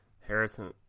Harrison